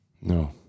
No